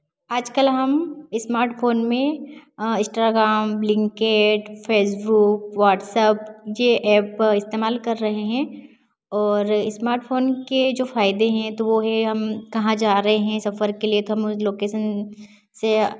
आजकल हम स्मार्टफोन में इस्टाग्राम लिंकेड फेसबुक वाट्सएप ये ऐप इस्तेमाल कर रहे हैं और स्मार्टफोन के जो फायदे हैं तो वो है हम कहाँ जा रहे हैं सफर के लिए तो हम उस लोकेशन से